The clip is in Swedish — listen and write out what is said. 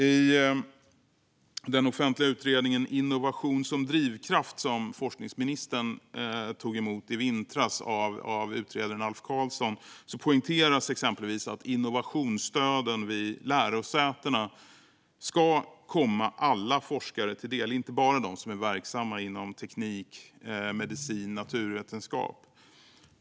I den offentliga utredningen Innovation som drivkraft , som forskningsministern tog emot i vintras av utredaren Alf Karlsson, poängteras exempelvis att innovationsstöden vid lärosätena ska komma alla forskare till del och inte bara dem som är verksamma inom teknik, medicin och naturvetenskap.